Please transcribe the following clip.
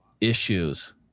issues